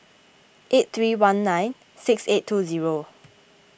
eight three one nine six eight two zero